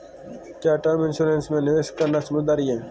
क्या term insurance में निवेश करना समझदारी है?